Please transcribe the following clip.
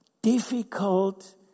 Difficult